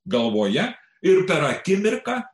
galvoje ir per akimirką